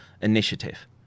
initiative